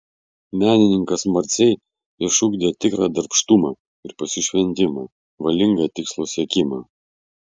menininkas marcei išugdė tikrą darbštumą ir pasišventimą valingą tikslo siekimą